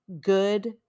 good